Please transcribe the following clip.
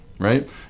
Right